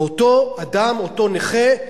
ואותו אדם, אותו נכה,